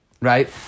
Right